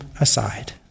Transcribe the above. aside